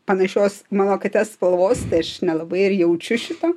panašios mano katės spalvos tai aš nelabai ir jaučiu šitą